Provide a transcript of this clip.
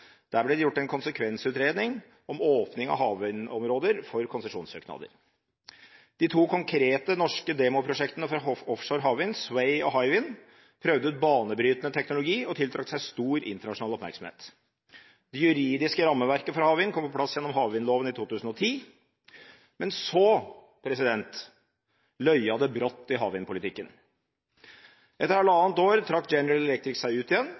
Der ble det gjort en konsekvensutredning om åpning av havvindområder for konsesjonssøknader. De to konkrete norske demoprosjektene for offshore havvind, Sway og Hywind, prøvde ut banebrytende teknologi og tiltrakk seg stor internasjonal oppmerksomhet. Det juridiske rammeverket for havvind kom på plass gjennom havvindloven i 2010. Men så løyet det brått i havvindpolitikken. Etter halvannet år trakk General Electric seg ut igjen.